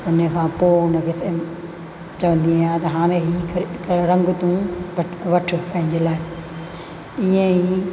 उन खां पोइ उन खे चवंदी आहियां त हाणे ही कहिड़ो रंग तू वठु पंहिंजे लाइ ईअं ई